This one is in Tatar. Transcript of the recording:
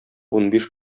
унбиш